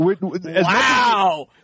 Wow